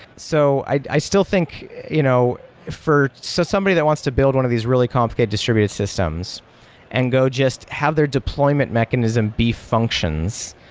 so i i still think you know for so somebody that wants to build one of these really complicated distributed systems and go just have their deployment mechanism be functions.